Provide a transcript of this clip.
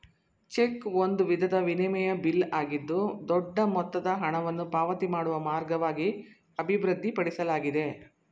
check ಒಂದು ವಿಧದ ವಿನಿಮಯ ಬಿಲ್ ಆಗಿದ್ದು ದೊಡ್ಡ ಮೊತ್ತದ ಹಣವನ್ನು ಪಾವತಿ ಮಾಡುವ ಮಾರ್ಗವಾಗಿ ಅಭಿವೃದ್ಧಿಪಡಿಸಲಾಗಿದೆ